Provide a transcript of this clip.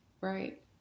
right